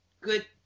good